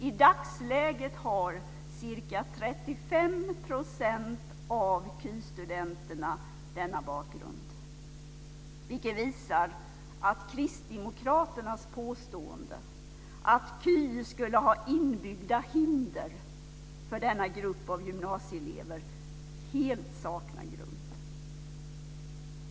I dagsläget har ca 35 % av KY-studenterna denna bakgrund, vilket visar att kristdemokraternas påstående att KY skulle ha inbyggda hinder för denna grupp av gymnasieelever helt saknar grund.